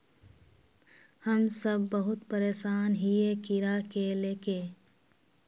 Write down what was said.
हम सब बहुत परेशान हिये कीड़ा के ले के?